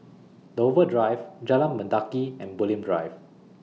Dover Drive Jalan Mendaki and Bulim Drive